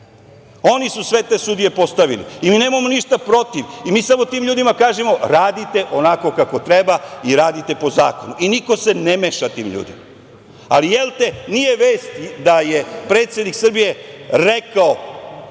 su sve te sudije postavili i mi nemamo ništa protiv, mi samo tim ljudima kažemo – radite onako kako treba i radite po zakonu. Niko se ne meša tim ljudima. Ali, jelte, nije vest da je predsednik Srbije rekao